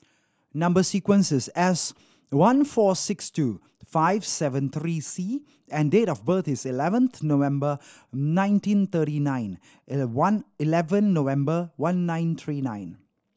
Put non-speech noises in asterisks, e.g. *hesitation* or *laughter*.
number sequence is S one four six two five seven three C and date of birth is eleventh November nineteen thirty nine *hesitation* one eleven November one nine three nine